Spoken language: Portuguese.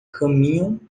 caminham